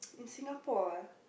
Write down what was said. in Singapore ah